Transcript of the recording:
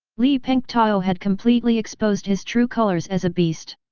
li pengtao had completely exposed his true colors as a beast.